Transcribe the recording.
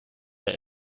der